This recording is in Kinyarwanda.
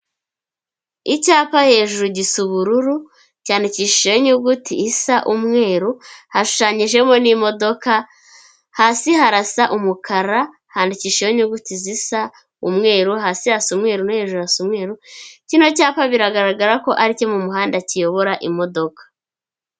Icyapa hejuru gisa ubururu, cyandikishijeho inyuguti isa umweru, hashushanyijemo n'imodoka, hasi harasa umukara, handikishijeho inyuguti zisa umweru, hasi hasa umweru no hejuru hasa umweru, kino cyapa biragaragra ko ari icyo mu muhanda kiyobora imodoka.